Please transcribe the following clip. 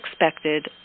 expected